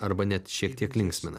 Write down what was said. arba net šiek tiek linksmina